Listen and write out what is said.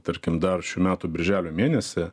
tarkim dar šių metų birželio mėnesį